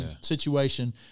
situation